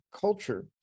culture